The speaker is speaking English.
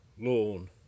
lawn